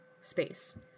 space